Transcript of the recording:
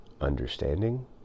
understanding